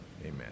Amen